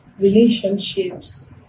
relationships